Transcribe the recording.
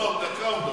לא, דקה הוא מדבר.